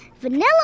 Vanilla